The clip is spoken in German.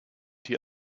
die